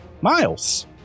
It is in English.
Miles